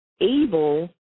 able